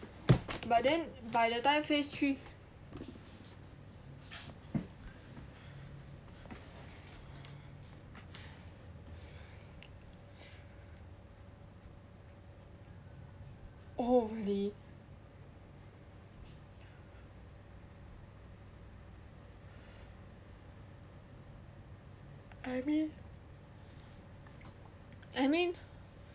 but then by the time phase three only I mean I mean